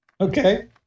Okay